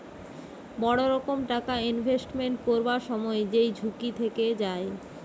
বড় রকম টাকা ইনভেস্টমেন্ট করবার সময় যেই ঝুঁকি থেকে যায়